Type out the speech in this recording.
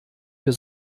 für